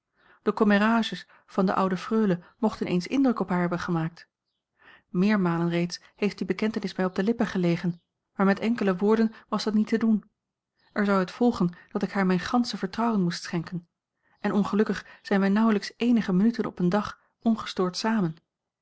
de commérages van de oude freule mochten eens indruk op haar hebben gemaakt meermalen reeds heeft die bekentenis mij op de lippen gelegen maar met enkele woorden was dat niet te doen er zou uit volgen dat ik haar mijn gansche vertrouwen moest schenken en ongelukkig zijn wij nauwelijks eenige minuten op een dag ongestoord samen